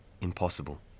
impossible